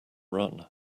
run